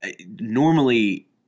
Normally